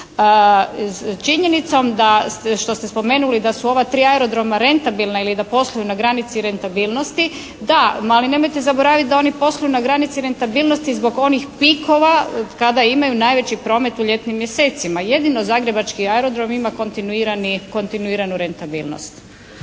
spomenuli da su ova tri aerodroma rentabilna ili da posluju na granici rentabilnosti, da, ali nemojte zaboraviti da oni posluju na granici rentabilnosti zbog onih pikova kada imaju najveći promet u ljetnim mjesecima. Jedino Zagrebački aerodrom ima kontinuiranu rentabilnost.